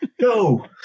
go